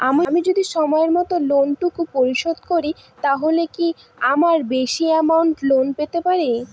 আমি যদি সময় মত লোন টুকু পরিশোধ করি তাহলে কি আরো বেশি আমৌন্ট লোন পেতে পাড়ি?